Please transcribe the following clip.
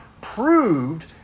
proved